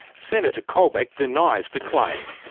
senator colbeck denies the claim.